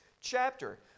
chapter